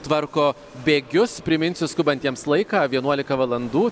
tvarko bėgius priminsiu skubantiems laiką vienuolika valandų